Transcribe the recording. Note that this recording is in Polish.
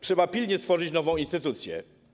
Trzeba pilnie stworzyć nową instytucję.